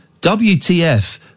WTF